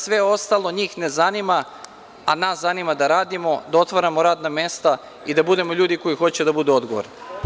Sve ostalo njih ne zanima, a nas zanima da radimo, da otvaramo radna mesta i da budemo ljudi koji hoće da budu odgovorni.